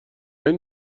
این